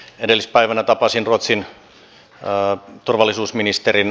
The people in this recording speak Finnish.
edellispäivänä tapasin ruotsin turvallisuusministerin